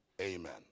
amen